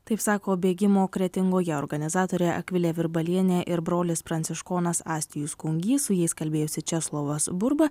taip sako bėgimo kretingoje organizatorė akvilė virbalienė ir brolis pranciškonas astijus kungys su jais kalbėjosi česlovas burba